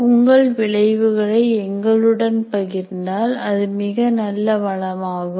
உங்கள் விளைவுகளை எங்களுடன் பகிர்ந்தால் அது மிக நல்ல வளமாகும்